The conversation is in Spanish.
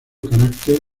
carácter